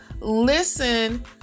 listen